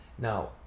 Now